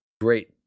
great